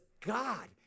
God